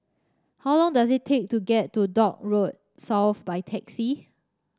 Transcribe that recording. how long does it take to get to Dock Road South by taxi